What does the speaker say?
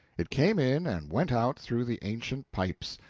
it came in, and went out, through the ancient pipes.